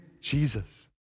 Jesus